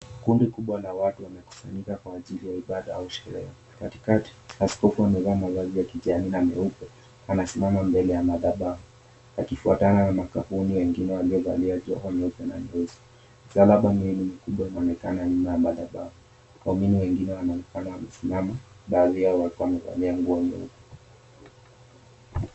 Kundi kubwa la watu wamekusanyika kwa ajili ya ibada au sherehe. Katikati, askofu amevaa mavazi ya kijani na meupe anasimama mbele ya madhabahu. Akifuatana na makahuni wengine waliovalia joho nyeupe na nyeusi. Misalaba miwili mikubwa inaonekana nyuma ya madhabahu. Waumini wengine wamesimama, baadhi yao wakiwa wamevaa nguo nyeupe.